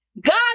God